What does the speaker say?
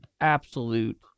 absolute